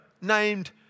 named